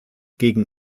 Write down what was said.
gegen